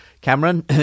Cameron